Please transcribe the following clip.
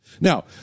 Now